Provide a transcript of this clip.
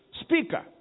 speaker